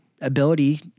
ability